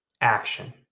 action